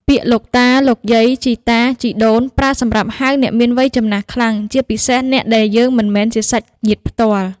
ពាក្យ លោកតា លោកយាយ ជីតា ជីដូន ប្រើសម្រាប់ហៅអ្នកមានវ័យចំណាស់ខ្លាំង ជាពិសេសអ្នកដែលយើងមិនមែនជាសាច់ញាតិផ្ទាល់។